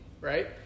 Right